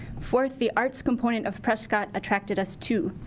fourth, the arts component of prescott, attracted us too.